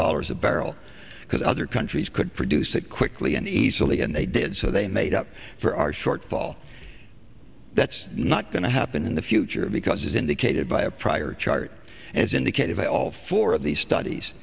dollars a barrel because other countries could produce it quickly and easily and they did so they made up for our shortfall that's not going to happen in the future because as indicated by a prior chart as indicated by all four of the studies